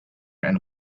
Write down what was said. and